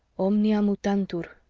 omnia mutantur,